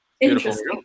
Interesting